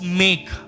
make